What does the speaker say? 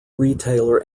retailer